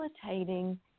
facilitating